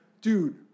dude